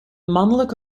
mannelijk